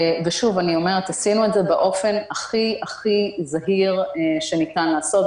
עשינו את זה באופן הכי זהיר שניתן לעשות.